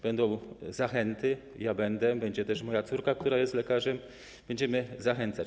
Będą zachęty, ja będę, będzie też moja córka, która jest lekarzem - będziemy zachęcać.